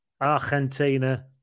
Argentina